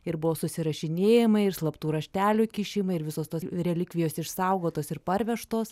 ir buvo susirašinėjamai ir slaptų raštelių kišimai ir visos tos relikvijos išsaugotos ir parvežtos